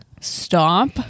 stop